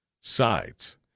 sides